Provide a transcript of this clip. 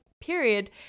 period